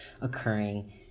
occurring